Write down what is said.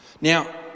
Now